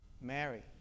Mary